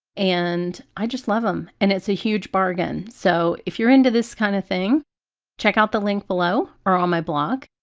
and i just love them and it's a huge bargain so if you're into this kind of thing check out the link below or on my blog,